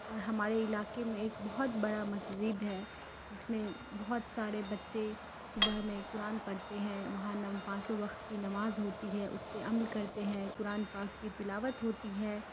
اور ہمارے علاقے میں ایک بہت بڑا مسجد ہے جس میں بہت سارے بچے صبح میں قرآن پڑھتے ہیں وہاں پانچوں وقت کی نماز ہوتی ہے اس پہ عمل کرتے ہیں قرآن پاک کی تلاوت ہوتی ہے